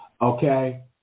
Okay